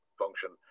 function